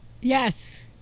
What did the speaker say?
yes